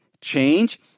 change